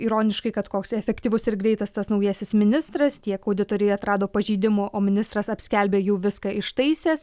ironiškai kad koks efektyvus ir greitas tas naujasis ministras tiek auditoriai atrado pažeidimų o ministras apskelbė jau viską ištaisęs